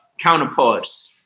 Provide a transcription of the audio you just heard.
counterparts